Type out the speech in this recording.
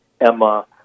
Emma